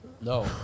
No